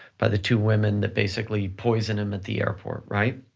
by the two women that basically poisoned him at the airport, right?